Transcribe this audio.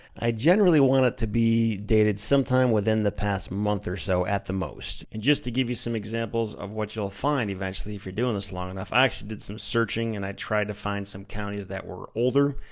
i generally want it to be dated sometime within the past month, or so, at the most. and just to give you some examples of what you'll find, eventually, if you're doing this long enough, i actually did some searching and i tried to find some counties that were older.